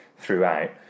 throughout